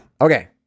Okay